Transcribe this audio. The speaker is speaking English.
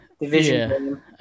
Division